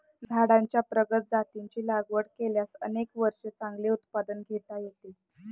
झाडांच्या प्रगत जातींची लागवड केल्यास अनेक वर्षे चांगले उत्पादन घेता येते